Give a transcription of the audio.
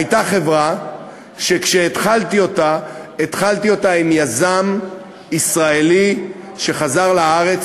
הייתה חברה שהתחלתי אותה עם יזם ישראלי שחזר לארץ